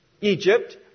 Egypt